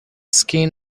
skin